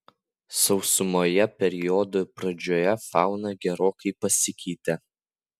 sausumoje periodo pradžioje fauna gerokai pasikeitė